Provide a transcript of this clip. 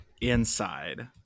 Inside